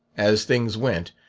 as things went,